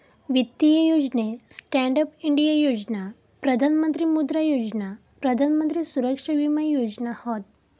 वित्तीय योजनेत Stand Up India योजना, प्रधान मंत्री मुद्रा योजना, प्रधान मंत्री सुरक्षा विमा योजना हत